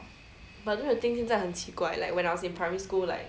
but don't you think 现在很奇怪 like when I was in primary school like